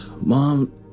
Mom